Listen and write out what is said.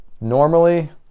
Normally